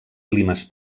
climes